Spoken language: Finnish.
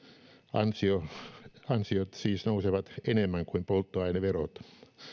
ansiot ansiot siis nousevat enemmän kuin polttoaineverot